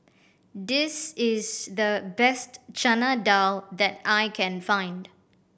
this is the best Chana Dal that I can find